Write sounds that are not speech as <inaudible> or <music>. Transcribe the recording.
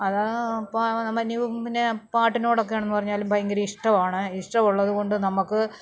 അതാ പ്പ <unintelligible> പിന്നെ പാട്ടിനോടൊക്കെയാണെന്ന് പറഞ്ഞാലും ഭയങ്കര ഇഷ്ടവാണ് ഇഷ്ടം ഉള്ളതുകൊണ്ട് നമുക്ക്